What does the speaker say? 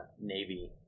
Navy